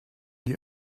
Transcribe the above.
die